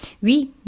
Oui